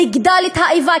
תגדל האיבה.